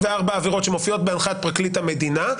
עבירות שמופיעות בהנחית פרקליט המדינה,